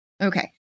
Okay